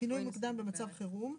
פינוי מוקדם במצב חירום.